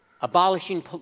abolishing